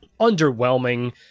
underwhelming